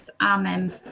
Amen